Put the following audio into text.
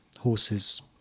horses